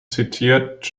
zitiert